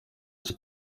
gice